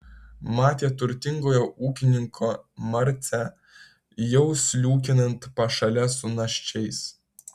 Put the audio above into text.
matė turtingojo ūkininko marcę jau sliūkinant pašale su naščiais